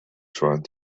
trying